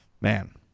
man